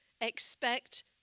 Expect